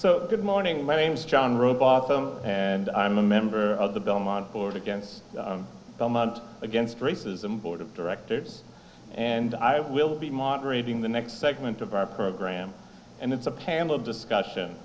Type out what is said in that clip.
so good morning my name's john robotham and i'm a member of the belmont board against belmont against racism board of directors and i will be moderating the next segment of our program and it's a panel discussion